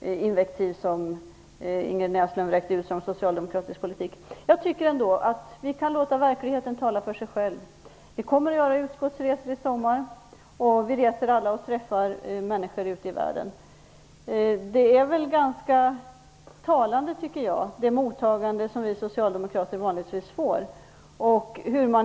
de andra invektiv som Ingrid Näslund vräkte ur sig om socialdemokratisk politik. Jag tycker ändå att vi kan låta verkligheten tala för sig själv. Vi kommer att göra utskottsresor i sommar och alla träffar vi människor ute i världen. Det mottagande som vi socialdemokrater vanligtvis får är ganska talande, tycker jag.